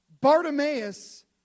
Bartimaeus